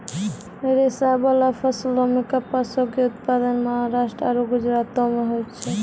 रेशाबाला फसलो मे कपासो के उत्पादन महाराष्ट्र आरु गुजरातो मे होय छै